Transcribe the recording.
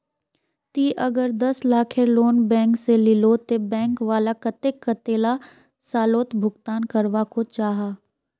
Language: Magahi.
ती अगर दस लाखेर लोन बैंक से लिलो ते बैंक वाला कतेक कतेला सालोत भुगतान करवा को जाहा?